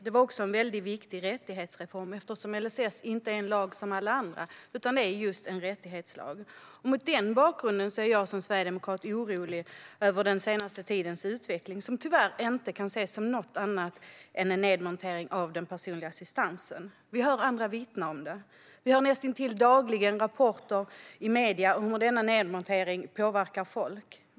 Det var också en mycket viktig rättighetsreform, eftersom LSS inte är en lag som alla andra utan just en rättighetslag. Mot denna bakgrund är jag som sverigedemokrat orolig över den senaste tidens utveckling, som tyvärr inte kan ses som någonting annat än en nedmontering av den personliga assistansen. Vi hör andra vittna om detta. Vi hör nästintill dagligen rapporter i medierna om hur denna nedmontering påverkar folk.